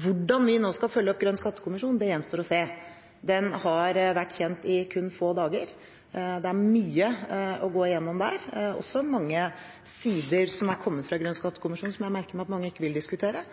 Hvordan vi nå skal følge opp Grønn skattekommisjon, det gjenstår å se. Rapporten deres har vært kjent i kun få dager, det er mye å gå gjennom der, også mange sider som er kommet fra Grønn skattekommisjon som jeg har merket meg at mange ikke vil diskutere,